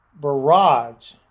barrage